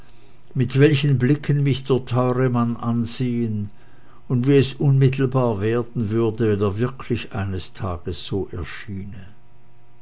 mit welchen blicken mich der teure mann ansehen und wie es unmittelbar werden würde wenn er wirklich eines tages so erschiene